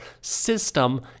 system